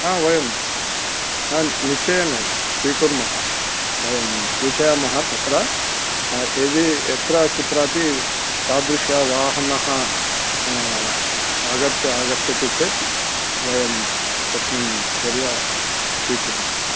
हा वयं निश्चयेन स्वीकुर्मः वयं सूचयामः तत्र यदि यत्र कुत्रापि तादृशवाहनं आगत्य आगच्छति चेत् वयं तस्मिन् चर्यां स्विकुर्मः